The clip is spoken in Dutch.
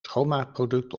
schoonmaakproduct